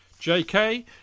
JK